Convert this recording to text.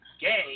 gay